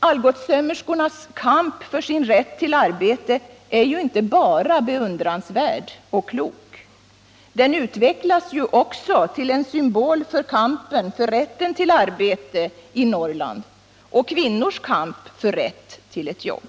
Algotssömmerskornas kamp för sin rätt till arbete är ju inte bara beundransvärd och klok. Den utvecklas också till en symbol för kampen för rätten till arbete i Norrland och kvinnors kamp för rätt till ett jobb.